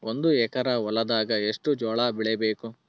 ಒಂದು ಎಕರ ಹೊಲದಾಗ ಎಷ್ಟು ಜೋಳಾಬೇಕು?